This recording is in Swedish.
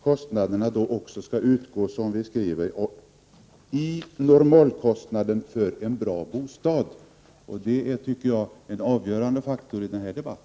Kostnaderna borde kunna uttas inom normalkostnaden för en bra bostad. Det tycker jag är en avgörande faktor i denna debatt.